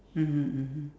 mmhmm mmhmm